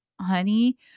honey